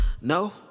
No